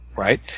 Right